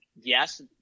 yes